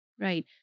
right